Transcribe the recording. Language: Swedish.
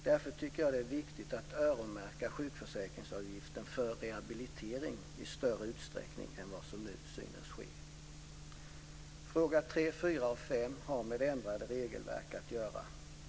Därför tycker jag att det är viktigt att öronmärka sjukförsäkringsavgiften för rehabilitering i större utsträckning än vad som nu synes ske. Frågorna tre, fyra och fem har med ändrade regelverk att göra.